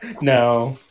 No